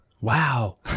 Wow